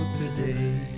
today